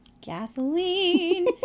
Gasoline